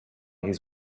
his